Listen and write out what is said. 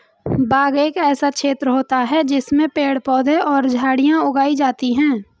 बाग एक ऐसा क्षेत्र होता है जिसमें पेड़ पौधे और झाड़ियां उगाई जाती हैं